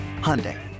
Hyundai